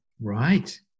right